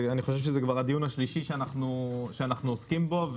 אני חושב שזה הדיון השלישי שאנחנו עוסקים בו.